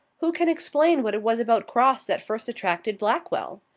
who can explain what it was about crosse that first attracted blackwell?